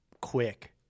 quick